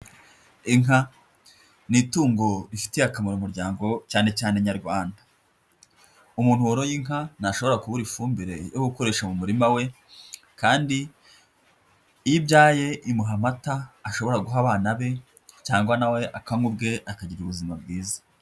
Inka ni itungo rifitiye akamaro umuryango cyane cyane nyarwanda, umuntu woroye inka ntashobora kubura ifumbire yo gukoresha mu murima we kandi iyo ibyaye imuha amata ashobora guha abana be cyangwa na we akanywa ubwe akagira ubuzima bwiza.